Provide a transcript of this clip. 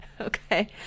Okay